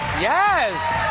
yes!